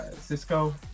Cisco